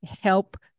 help